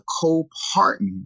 co-partner